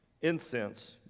incense